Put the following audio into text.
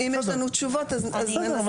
אם יש לנו תשובות אז ננסח ב --- בסדר,